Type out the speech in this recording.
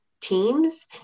teams